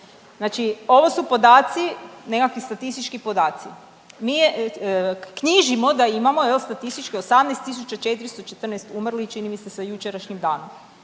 Znači ovo su podaci nekakvi statistički podaci. Mi knjižimo da imamo jel statistički 18 414 umrlih čini mi se sa jučerašnjim danom.